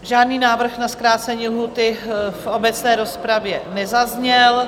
Žádný návrh na zkrácení lhůty v obecné rozpravě nezazněl.